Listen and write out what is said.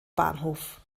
bahnhof